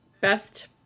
Best